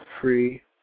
free